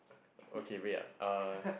okay wait uh